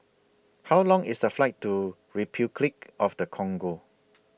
How Long IS The Flight to Repuclic of The Congo